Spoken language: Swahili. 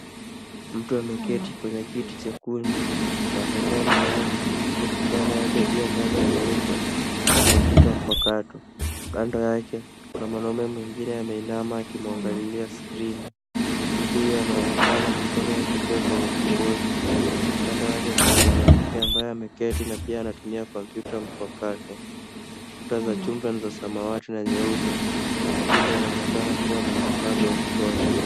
Mtu ameketi kwenye kiti chekundu na amevaa miwani huku mbele yake juu ya meza nyeupe kuna kompyuta mpakato. Kando yake, kuna mwanaume mwingine anainama akimwangalilia skrini. Mtu huyo anaonekana mikono yake ikiwa kwenye kibodi. Kando yake kuna mwanamke ambaye ameketi na pia anatumia kompyuta mpakato. Kuta za chumba ni za samawati na nyeupe na chumba inaonekana kuwa mwangaza wa kutosha.